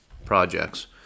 Projects